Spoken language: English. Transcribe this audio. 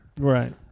Right